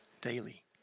daily